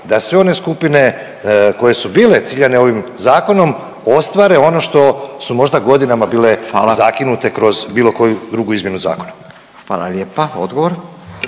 da sve one skupine koje su bile ciljane ovim zakonom ostvare ono što su možda godinama bila …/Upadica: Hvala./… zakinute kroz bilo koju drugu izmjenu zakona. **Radin, Furio